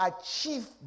achieve